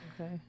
Okay